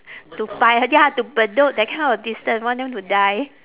to paya ya to bedok that kind of distance want them to die